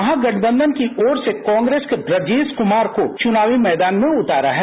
महागठबंधन की ओर से कांग्रेस ने ब्रजेश कुमार को चुनावी मैदान में उतारा है